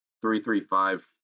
three-three-five